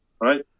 Right